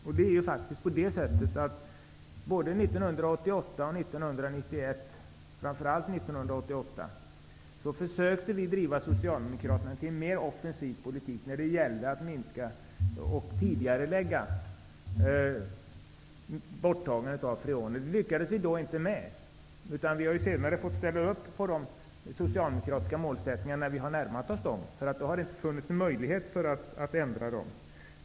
Både 1988 och 1991, men framför allt 1988, försökte vi driva Socialdemokraterna till en mer offensiv politik när det gällde att minska freonerna och tidigarelägga borttagandet av dem. Det lyckades vi inte med. Vi har sedermera fått ställa upp på de socialdemokratiska målsättningarna när vi har närmat oss dem. Det har inte funnits någon möjlighet att ändra dem.